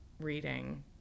reading